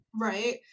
right